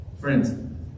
Friends